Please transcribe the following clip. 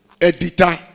editor